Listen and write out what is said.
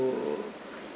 ~o